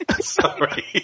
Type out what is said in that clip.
sorry